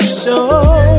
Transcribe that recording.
show